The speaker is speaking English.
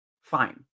Fine